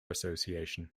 association